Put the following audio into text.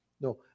No